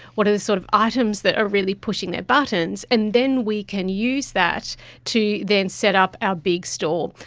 what are the sort of items that are really pushing their buttons, and then we can use that to then set up our big store.